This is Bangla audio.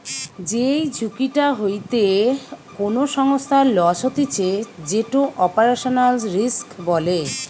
যেই ঝুঁকিটা হইতে কোনো সংস্থার লস হতিছে যেটো অপারেশনাল রিস্ক বলে